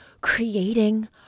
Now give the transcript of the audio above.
creating